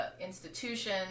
institution